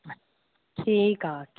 ठीकु आहे